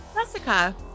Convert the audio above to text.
Jessica